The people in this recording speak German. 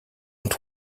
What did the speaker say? und